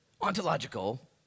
ontological